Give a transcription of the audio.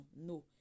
No